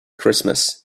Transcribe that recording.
christmas